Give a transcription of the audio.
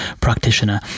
practitioner